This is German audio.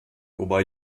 wobei